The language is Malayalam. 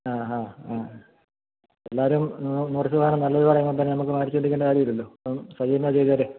ആ ആഹ് ഹാ എല്ലാവരും നൂറ് നൂറ് ശതമാനം നല്ലത് പറയുമ്പോൾ തന്നെ നമുക്ക് മാറ്റിചിന്തിക്കേണ്ട കാര്യമില്ലല്ലോ അപ്പം സജി തന്നെ ചെയ്തേരെ